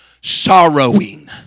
sorrowing